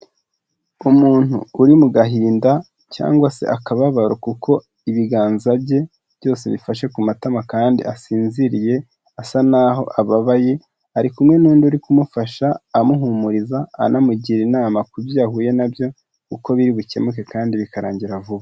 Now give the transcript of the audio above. Umuntu uri mu gahinda cyangwa se akababaro kuko ibiganza bye byose bifashe ku matama kandi asinziriye asa naho ababaye, ari kumwe n'undi uri kumufasha amuhumuriza, anamugira inama ku byo ahuye nabyo uko biri bukemuke kandi bikarangira vuba.